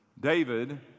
David